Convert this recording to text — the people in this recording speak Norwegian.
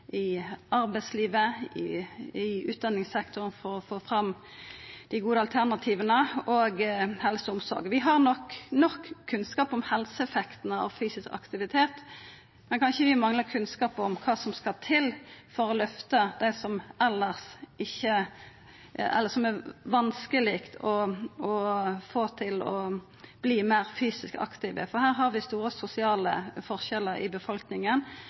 arbeidslivet, i utdanningssektoren og i helse- og omsorgsektoren for å få fram dei gode alternativa. Vi har nok kunnskap om helseeffekten av fysisk aktivitet. Men kanskje vi manglar kunnskap om kva som skal til for å løfta dei som det er vanskeleg å få til å verta meir fysisk aktive, for her har vi store sosiale forskjellar i befolkninga.